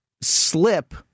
slip